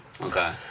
Okay